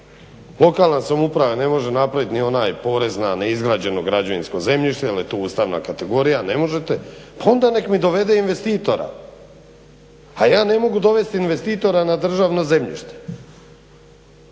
lokalna samouprava ne može napraviti ni onaj porez na neizgrađeno građevinsko zemljište jer je to ustavna kategorija, ne možete, pa onda nek mi dovede investitora. A ja ne mogu dovesti investitora na državno zemljište.